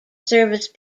service